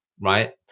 right